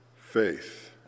faith